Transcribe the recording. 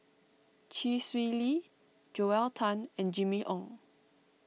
Chee Swee Lee Joel Tan and Jimmy Ong